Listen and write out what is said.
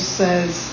says